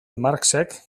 marxek